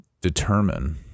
determine